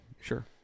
sure